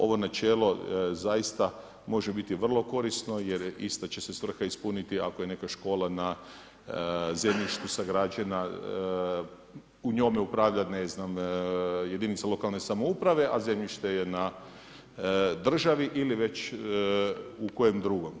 Ovo načelo zaista može biti vrlo korisno jer ista će se svrha ispuniti ako je neka škola na zemljištu sagrađena, njome upravlja jedinica lokalne samouprave a zemljište je na državi ili već u kojem drugom.